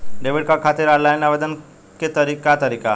Debit card खातिर online आवेदन के का तरीकि ह?